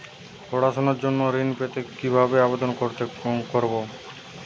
পড়াশুনা জন্য ঋণ পেতে কিভাবে আবেদন করব?